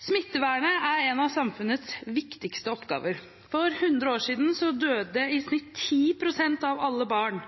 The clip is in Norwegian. Smittevernet er en av samfunnets viktigste oppgaver. For 100 år siden døde i snitt 10 pst. av alle barn,